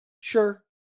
Sure